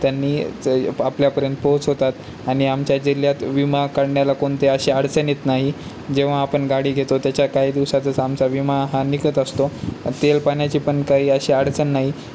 त्यांनी च आपल्यापर्यंत पोहोचवतात आणि आमच्या जिल्ह्यात विमा काढण्याला कोणते अशी अडचण येत नाही जेव्हा आपण गाडी घेतो त्याच्या काही दिवसातच आमचा विमा हा निघत असतो तेल पाण्याची पण काही अशी अडचण नाही